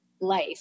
life